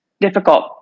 difficult